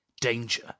Danger